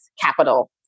capital